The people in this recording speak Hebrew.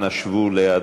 אנא שבו במקומותיכם,